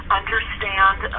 understand